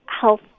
health